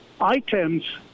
items